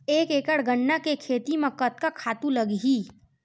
एक एकड़ गन्ना के खेती म कतका खातु लगही?